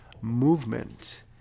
movement